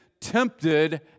tempted